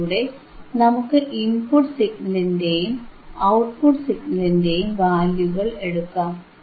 അതിലൂടെ നമുക്ക് ഇൻപുട്ട് സിഗ്നലിന്റെയും ഔട്ട്പുട്ട് സിഗ്നലിന്റെയും വാല്യൂകൾ എടുക്കാം